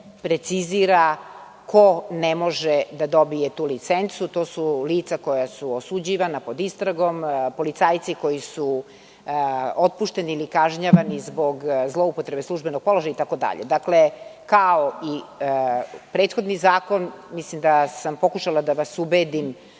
precizira ko ne može da dobije tu licencu. To su lica koja su osuđivana, pod istragom, policajci koji su otpušteni ili kažnjavani zbog zloupotrebe službenog položaja itd, dakle, kao i prethodni zakon. Mislim da sam pokušala da vas ubedim